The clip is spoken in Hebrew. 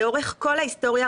לאורך כל ההיסטוריה,